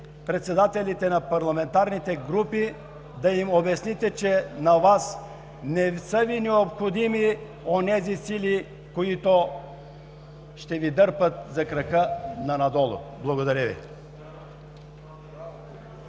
председателите на парламентарните групи, да им обясните, че на Вас не са Ви необходими онези сили, които ще Ви дърпат за крака надолу. Благодаря Ви.